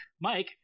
Mike